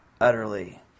utterly